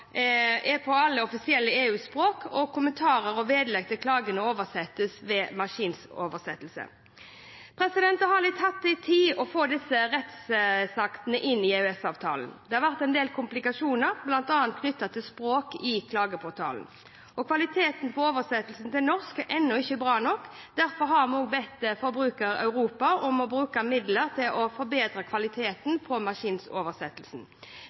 kommentarer og vedlegg til klagen oversettes ved maskinoversettelse. Det har tatt tid å få disse rettsaktene inn i EØS-avtalen. Det har vært en del komplikasjoner, bl.a. knyttet til språk i klageportalen. Kvaliteten på oversettelsen til norsk er ennå ikke bra nok. Derfor har vi bedt Forbruker Europa om å bruke midler til å forbedre kvaliteten på